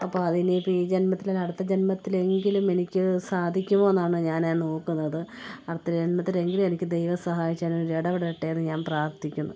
അപ്പോൾ അതെനിക്ക് ഇപ്പോൾ ഈ ജന്മത്തിലല്ല അടുത്ത ജന്മത്തിലെങ്കിലും എനിക്ക് സാധിക്കുമോയെന്നാണ് ഞാൻ നോക്കുന്നത് അടുത്ത ജന്മത്തിലെങ്കിലും എനിക്ക് ദൈവം സഹായിച്ച് ഒരു ഇടപെടട്ടേയെന്ന് ഞാൻ പ്രാർത്ഥിക്കുന്നു